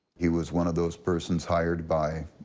he was one of those persons hired by,